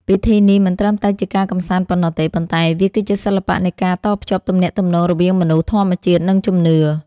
ពិធីនេះមិនត្រឹមតែជាការកម្សាន្តប៉ុណ្ណោះទេ ប៉ុន្តែវាគឺជាសិល្បៈនៃការតភ្ជាប់ទំនាក់ទំនងរវាងមនុស្ស ធម្មជាតិ និងជំនឿ។